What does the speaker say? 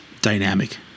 dynamic